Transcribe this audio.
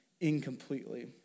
incompletely